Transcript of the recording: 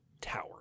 tower